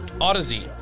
Odyssey